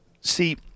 See